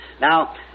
Now